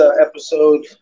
episode